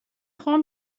خواهم